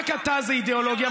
רק אתה זה אידיאולוגיה.